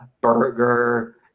Burger